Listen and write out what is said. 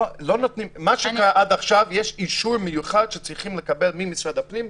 מה שקרה עד עכשיו זה שיש אישור מיוחד שצריכים לקבל ממשרד הפנים,